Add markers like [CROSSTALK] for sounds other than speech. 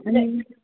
[UNINTELLIGIBLE]